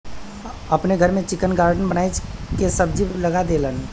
अपने घर में किचन गार्डन बनाई के सब्जी लगा देलन